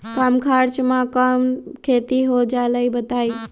कम खर्च म कौन खेती हो जलई बताई?